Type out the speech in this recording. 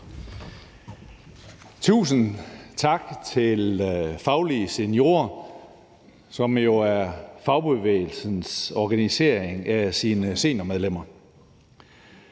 Tusind tak til Faglige Seniorer, som jo er fagbevægelsens organisering af sine seniormedlemmer.